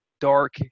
dark